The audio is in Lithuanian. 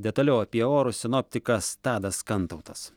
detaliau apie orus sinoptikas tadas kantautas